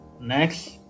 Next